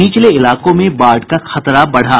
निचले इलाकों में बाढ़ का खतरा बढ़ा